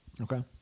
Okay